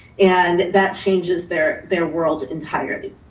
and that that changes their their world entirely.